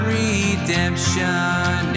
redemption